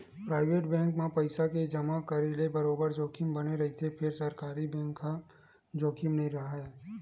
private bank म पइसा के जमा करे ले बरोबर जोखिम बने रहिथे फेर सरकारी बेंक म जोखिम नइ राहय